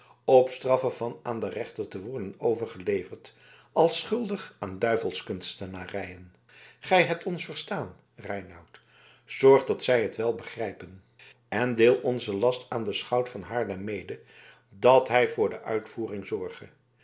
op straffe van aan den rechter te worden overgeleverd als schuldig aan duivelskunstenarijen gij hebt ons verstaan reinout zorg dat zij het wel begrijpen en deel onzen last aan den schout van haarlem mede dat hij voor de uitvoering zorge